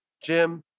Jim